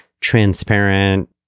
transparent